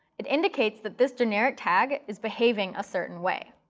it indicates that this generic tag is behaving a certain way.